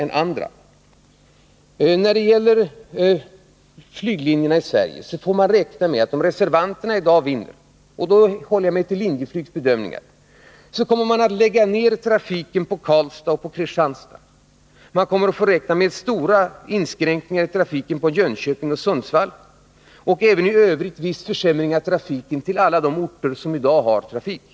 När det gäller flyglinjerna i Sverige får man räkna med att om reservanterna i dag vinner — jag håller mig nu till Linjeflygs bedömningar — så kommer man att lägga ned trafiken på Karlstad och Kristianstad. Man kommer att få räkna med stora inskränkningar i trafiken på Jönköping och Sundsvall och även i övrigt viss försämring av trafiken på alla de orter som i dag har trafik.